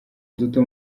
duto